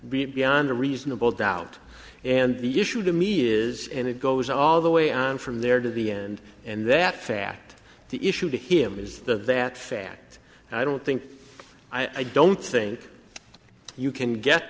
be beyond a reasonable doubt and the issue to me is and it goes all the way on from there to the end and that fact the issue to him is that that fact i don't think i don't think you can get